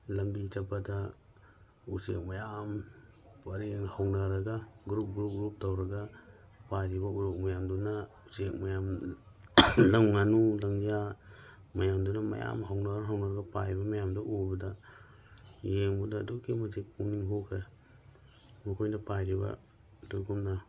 ꯂꯝꯕꯤ ꯆꯠꯄꯗ ꯎꯆꯦꯛ ꯃꯌꯥꯝ ꯋꯥꯔꯤꯅꯤ ꯍꯧꯅꯔꯒ ꯒ꯭ꯔꯨꯞ ꯒ꯭ꯔꯨꯞ ꯒ꯭ꯔꯨꯞ ꯇꯧꯔꯒ ꯄꯥꯏꯔꯤꯕ ꯎꯔꯣꯛ ꯃꯌꯥꯝꯗꯨꯅ ꯎꯆꯦꯛ ꯃꯌꯥꯝ ꯂꯝ ꯉꯥꯅꯨ ꯂꯪꯖꯥ ꯃꯌꯥꯝꯗꯨꯅ ꯃꯌꯥꯝ ꯍꯧꯅꯔ ꯍꯧꯅꯔ ꯄꯥꯏꯕ ꯃꯌꯥꯝꯗꯣ ꯎꯕꯗ ꯌꯦꯡꯕꯗ ꯑꯗꯨꯛꯀꯤ ꯃꯇꯤꯛ ꯄꯨꯛꯅꯤꯡ ꯍꯨꯈ꯭ꯔꯦ ꯃꯈꯣꯏꯅ ꯄꯥꯏꯔꯤꯕ ꯑꯗꯨꯒꯨꯝꯅ